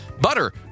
butter